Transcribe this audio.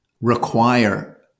require